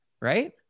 Right